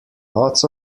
lots